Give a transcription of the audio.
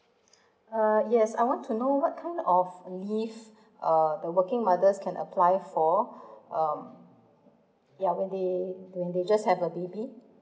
uh yes I want to know what kind of leave uh the working mothers can apply for um ya when they when they just have a baby